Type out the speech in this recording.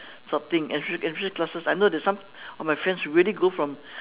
sort of thing enrich~ enrichment classes I know that some of my friends really go from